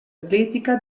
atletica